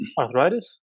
arthritis